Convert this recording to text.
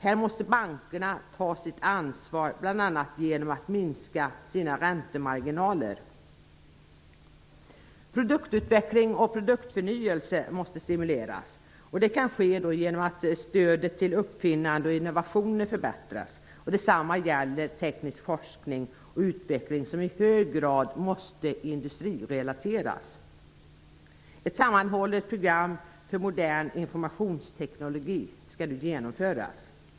Här måste bankerna ta sitt ansvar, bl.a. genom att minska sina räntemarginaler. Produktutveckling och produktförnyelse måste stimuleras. Det kan ske genom att stödet till uppfinningar och innovationer förbättras. Detsamma gäller teknisk forskning och utveckling, något som i hög grad måste industrirelateras. Ett sammanhållet program för modern informationsteknologi skall nu genomföras.